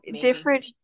different